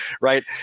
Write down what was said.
right